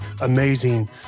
amazing